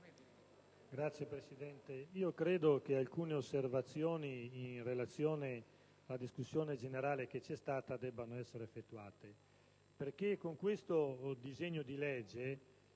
Signor Presidente, credo che alcune osservazioni in relazione alla discussione generale debbano essere effettuate, perché con questo disegno di legge